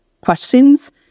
questions